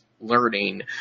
learning